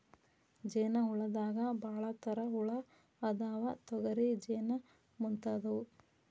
ಜೇನ ಹುಳದಾಗ ಭಾಳ ತರಾ ಹುಳಾ ಅದಾವ, ತೊಗರಿ ಜೇನ ಮುಂತಾದವು